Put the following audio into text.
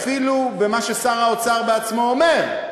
אפילו במה ששר האוצר עצמו אומר,